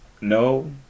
No